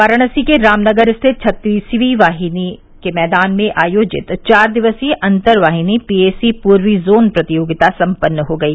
वाराणसी के रामनगर स्थित छत्तीसवीं वाहिनी के मैदान में आयोजित चार दिवसीय अंतर वाहिनी पी ए सी पूर्वी जोन प्रतियोगिता सम्पन्न हो गयी